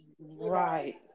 right